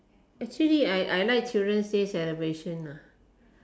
actually I I like children's day celebrations ah